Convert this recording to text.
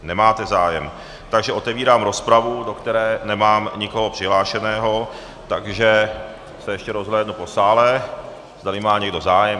Nemáte zájem, takže otevírám rozpravu, do které nemám nikoho přihlášeného, takže se ještě rozhlédnu po sále, zdali má někdo zájem.